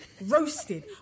Roasted